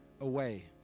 away